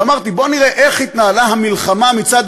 ואמרתי: בואו נראה איך התנהלה המלחמה מצד